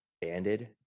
banded